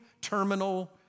terminal